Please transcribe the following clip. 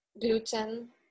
gluten